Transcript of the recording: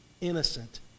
innocent